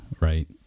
right